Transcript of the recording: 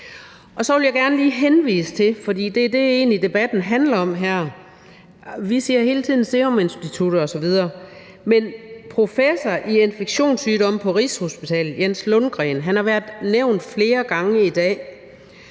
Så vil jeg gerne lige henvise til, for vi snakker hele tiden om Seruminstituttet osv., at professor i infektionssygdomme på Rigshospitalet Jens Lundgren – han har været nævnt flere gange i dag